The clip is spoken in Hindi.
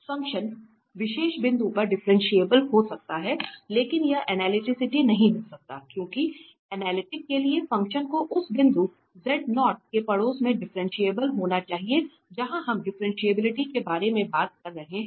तो फ़ंक्शन किसी विशेष बिंदु पर डिफरेंशिएबल हो सकता है लेकिन यह एनालिटिक नहीं हो सकता है क्योंकि एनालिटिक के लिए फंक्शन को उस बिंदु के पड़ोस में डिफरेंशियबल होना चाहिए जहां हम डिफ्रेंटिएबिलिटी के बारे में बात कर रहे हैं